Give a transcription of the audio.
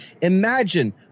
imagine